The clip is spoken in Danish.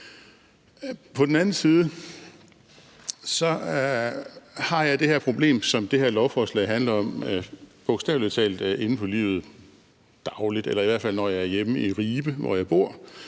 På den anden side har jeg det her problem, som det her lovforslag handler om, bogstavelig talt inde på livet dagligt, eller i hvert fald når jeg er hjemme i Ribe, hvor jeg bor.